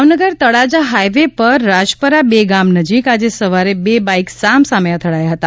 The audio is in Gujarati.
ભાવનગર તળાજા હાઈવે પર રાજપરા ગામ નજીક આજે સવારે બે બાઇક સામસામે અથડાયા હતા